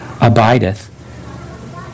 abideth